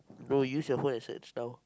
no use your phone and search now